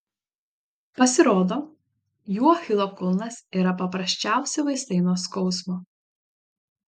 pasirodo jų achilo kulnas yra paprasčiausi vaistai nuo skausmo